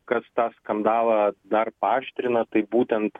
kas tą skandalą dar paaštrina tai būtent